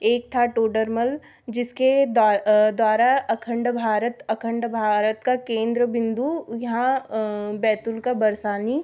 एक था टोडरमल जिसके द्वारा अखंड भारत अखंड भारत का केंद्र बिन्दु यहाँ बैतुल का बरसानी